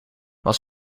was